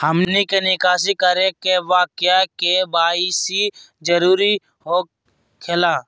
हमनी के निकासी करे के बा क्या के.वाई.सी जरूरी हो खेला?